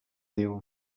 diu